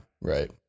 Right